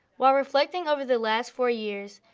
while reflecting over the last four years,